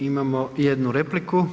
Imamo jednu repliku.